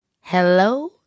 hello